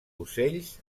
ocells